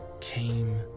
came